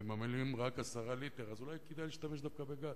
וממלאים רק 10 ליטר, אולי כדאי להשתמש דווקא בגז,